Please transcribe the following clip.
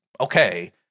okay